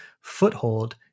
foothold